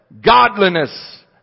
godliness